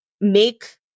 make